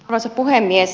arvoisa puhemies